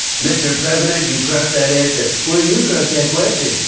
mr. president, you crushed that answer. well, you crushed that question.